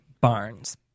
Barnes